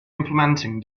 implementing